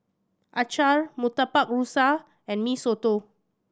acar Murtabak Rusa and Mee Soto